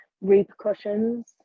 repercussions